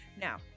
Now